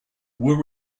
were